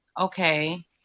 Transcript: Okay